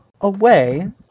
away